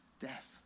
death